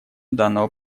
данного